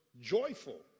joyful